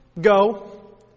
go